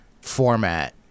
format